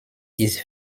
ist